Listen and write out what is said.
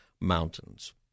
mountains